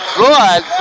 good